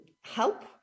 help